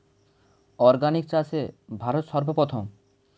organic চাষে ভারত সর্বপ্রথম